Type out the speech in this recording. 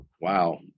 Wow